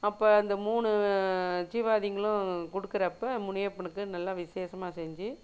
அந்த அந்த மூணு ஜீவாதிங்களும் கொடுக்கறப்ப முனியப்பனுக்கு நல்லா விசேஷமா செஞ்சு